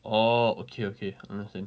orh okay okay understand